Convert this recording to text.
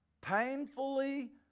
painfully